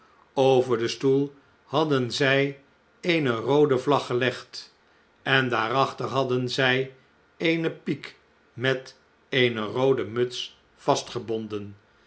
over den stoel hadden zij eene roode vlag gelegd en daarachter hadden zij eene piek met eene roode muts